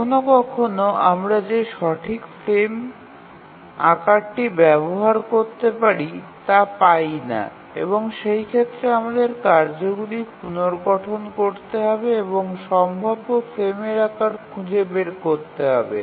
কখনও কখনও আমরা যে সঠিক ফ্রেম আকারটি ব্যবহার করতে পারি তা পাই না এবং সেই ক্ষেত্রে আমাদের কার্যগুলি পুনর্গঠন করতে হবে এবং সম্ভাব্য ফ্রেমের আকার খুঁজে বের করতে হবে